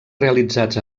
realitzats